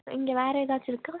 இங்கே வேறு எதாச்சு இருக்கா